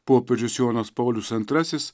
popiežius jonas paulius antrasis